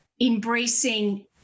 embracing